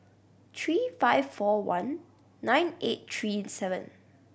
three five four one nine eight three seven